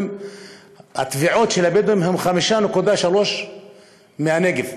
התביעות של הבדואים הן 5.3% מהנגב.